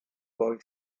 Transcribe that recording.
boy